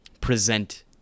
present